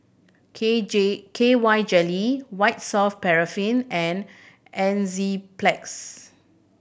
K J K Y Jelly White Soft Paraffin and Enzyplex